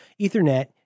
Ethernet